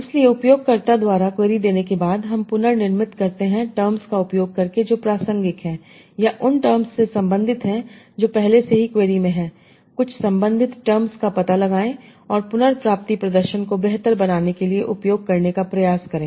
इसलिए उपयोगकर्ता द्वारा क्वेरी देने के बाद हम पुनर्निर्मित करते हैं टर्म्स का उपयोग करके जो प्रासंगिक है या उन टर्म्स से संबंधित हैं जो पहले से ही क्वेरी में हैं कुछ संबंधित टर्म्स का पता लगाएं और पुनर्प्राप्ति प्रदर्शन को बेहतर बनाने के लिए उपयोग करने का प्रयास करें